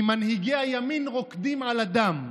כי מנהיגי הימין רוקדים על הדם,